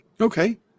okay